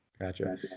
Gotcha